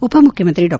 ಉಪಮುಖ್ಯಮಂತ್ರಿ ಡಾ